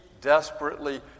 desperately